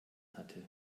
hatte